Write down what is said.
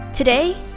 Today